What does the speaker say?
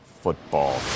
Football